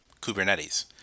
Kubernetes